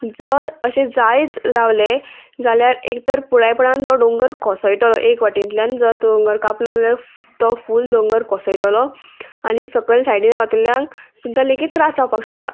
जर अशें जायत रावलें जाल्यार एक तर पुरायपणान तो डोंगर कोसळटलो एक वाटेंतल्यान जर तो दोंगर कापलो जाल्यार तो फूल दोंगर कोसळटलो आनी सकयल सायडीन रावतल्यांक सुद्दां लेगीत त्रास जावपाक शकता